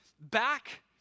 back